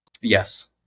Yes